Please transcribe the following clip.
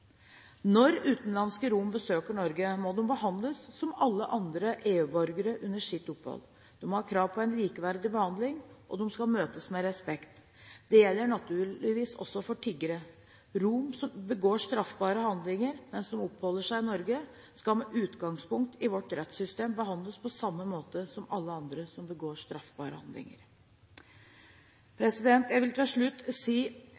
Når utenlandske romer besøker Norge, må de behandles som alle andre EU-borgere under sitt opphold. De har krav på en likeverdig behandling, og de skal møtes med respekt. Det gjelder naturligvis også for tiggere. Romer som begår straffbare handlinger mens de oppholder seg i Norge, skal med utgangspunkt i vårt rettssystem behandles på samme måte som alle andre som begår straffbare handlinger.